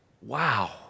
wow